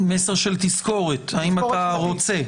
מסר של תזכורת האם אתה רוצה?